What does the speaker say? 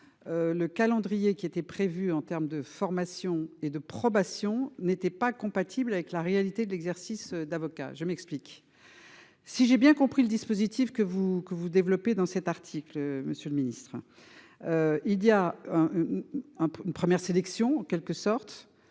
Le calendrier qui était prévu en terme de formation et de probation n'était pas compatible avec la réalité de l'exercice d'avocats. Je m'explique. Si j'ai bien compris le dispositif que vous que vous développez dans cet article, Monsieur le Ministre. Il y a. Un une première sélection en quelque sorte,